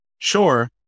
Sure